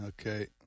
Okay